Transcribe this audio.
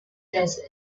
desert